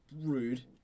Rude